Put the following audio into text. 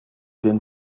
been